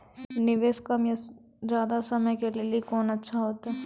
निवेश कम या ज्यादा समय के लेली कोंन अच्छा होइतै?